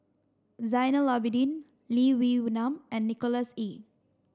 Zainal Abidin Lee Wee Nam and Nicholas Ee